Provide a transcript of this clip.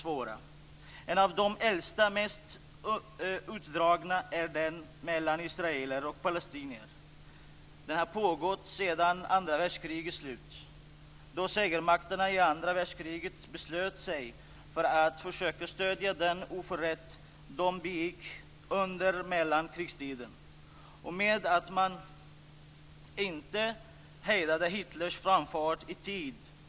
Regeringens nu påbörjade översynsarbete innebär att man vill utveckla strategier på sex viktiga områden, som jag gärna vill nämna. Det gäller barnarbete, sexuell exploatering av barn, barn med funktionshinder, barn i väpnade konflikter och humanitära katastrofer, barn på institutioner och slutligen barn och hiv/aids. Detta är väldigt bra.